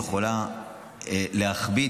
היא יכולה להכביד,